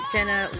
Jenna